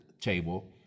table